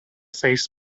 states